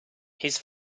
his